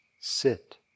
Sit